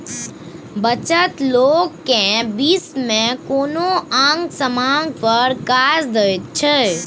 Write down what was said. बचत लोक केँ भबिस मे कोनो आंग समांग पर काज दैत छै